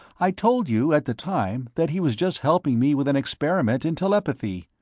i told you, at the time, that he was just helping me with an experiment in telepathy.